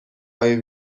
های